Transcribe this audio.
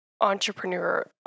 entrepreneur